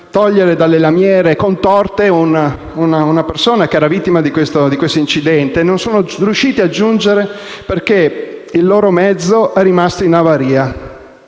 non sono riusciti ad arrivare, perché il loro mezzo è rimasto in avaria.